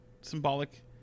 symbolic